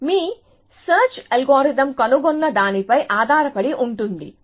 మీ search algorithm కనుగొన్న దానిపై ఆధారపడి ఉంటుంది